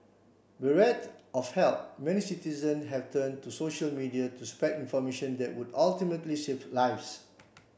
bereft of help many citizen have turned to social media to spread information that would ultimately save lives